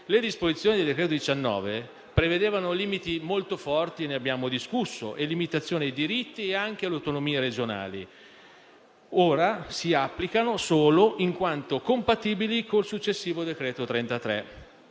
le disposizioni del decreto-legge n. 19 prevedevano limiti molto forti, di cui abbiamo discusso, limitazioni ai diritti e anche alle autonomie regionali. Ora si applicano solo in quanto compatibili con il successivo decreto-legge